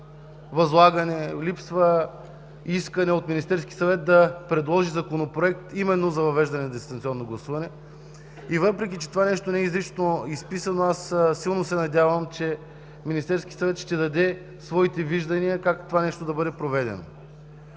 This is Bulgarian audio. възлагане, липсва искане от Министерския съвет да предложи законопроект именно за въвеждане на дистанционно гласуване. Въпреки че това нещо не е изрично изписано, силно се надявам, че Министерският съвет ще даде своите виждания как това нещо да бъде проведено.